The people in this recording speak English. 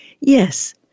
Yes